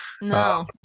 No